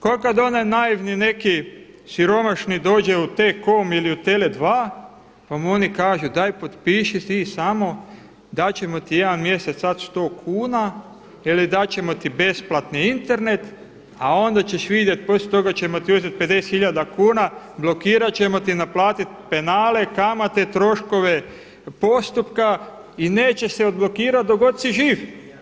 Kao kad onaj naivni neki siromašni dođe u T-com ili u Tele 2 pa mu oni kažu daj potpiši ti samo dat ćemo ti jedan mjesec sad 100 kuna ili dat ćemo ti besplatni internet a onda ćeš vidjet poslije toga ćemo ti uzeti 50 tisuća kuna, blokirat ćemo te i naplatiti penale, kamate, troškove postupka i nećeš se odblokirati dok god si živ.